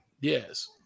Yes